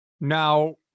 Now